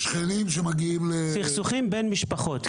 סכסוכי שכנים שמגיעים ל --- סכסוכים בין משפחות,